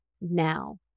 now